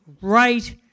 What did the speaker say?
right